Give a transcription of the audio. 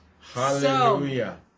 Hallelujah